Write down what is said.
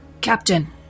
Captain